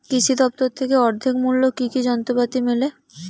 কৃষি দফতর থেকে অর্ধেক মূল্য কি কি যন্ত্রপাতি মেলে?